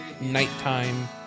nighttime